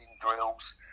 drills